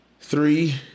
three